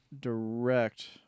direct